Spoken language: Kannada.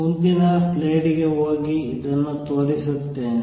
ಮುಂದಿನ ಸ್ಲೈಡ್ ಗೆ ಹೋಗಿ ಇದನ್ನು ತೋರಿಸುತ್ತೇನೆ